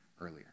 earlier